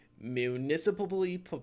municipally